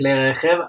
כלי רכב,